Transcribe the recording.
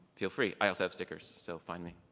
feel free, i also have stickers so find me.